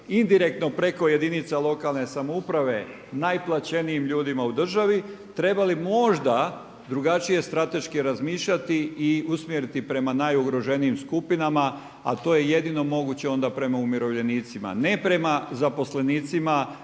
indirektno preko jedinica lokalne samouprave najplaćenijim ljudima u državi trebali možda drugačije strateški razmišljati i usmjeriti prema najugroženijim skupinama a to je jedino moguće onda prema umirovljenicima. Ne prema zaposlenicima